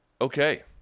Okay